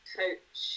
coach